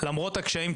למרות הקשיים,